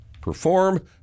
perform